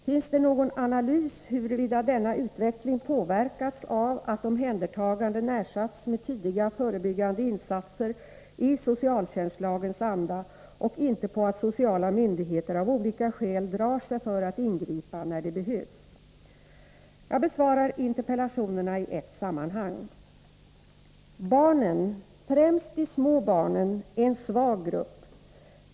Finns det någon analys huruvida denna utveckling påverkats av att omhändertaganden ersatts med tidiga förebyggande insatser i socialtjänstlagens anda och inte av att sociala myndigheter av olika skäl drar sig för att ingripa när det behövs? Jag besvarar interpellationerna i ett sammanhang. Barnen — främst de små barnen — är en svag grupp.